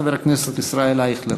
חבר כנסת ישראל אייכלר.